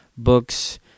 books